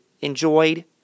enjoyed